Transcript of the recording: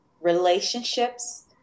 relationships